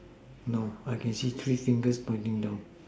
no I can see three fingers pointing down